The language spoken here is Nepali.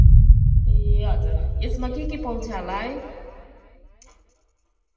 ए हजुर यसमा के के पाउँछ होला है